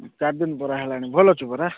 ଚାରି ଦିନ ପରା ହେଲାଣି ଭଲ ଅଛୁ ପରା